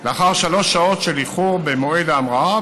לאחר שלוש שעות של איחור במועד ההמראה,